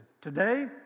today